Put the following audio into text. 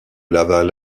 laval